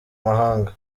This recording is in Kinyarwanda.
mahanga